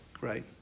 right